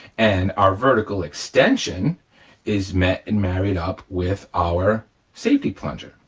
and our vertical extension is met and married up with our safety plunger,